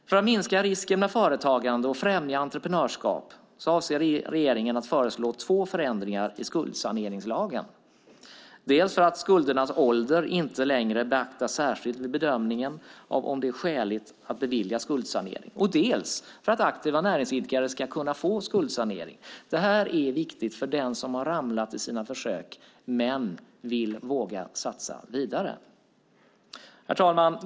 För att minska risken med företagande och främja entreprenörskap avser regeringen att föreslå två förändringar i skuldsaneringslagen, dels för att skuldernas ålder inte längre beaktas särskilt vid bedömningen av om det är skäligt att bevilja skuldsanering, dels för att aktiva näringsidkare ska kunna få skuldsanering. Det här är viktigt för den som har ramlat i sina försök men vill våga satsa vidare. Herr talman!